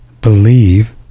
believe